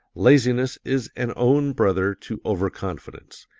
laziness is an own-brother to over-confidence,